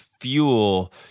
fuel